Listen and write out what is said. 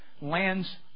lands